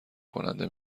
کننده